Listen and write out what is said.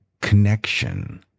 connection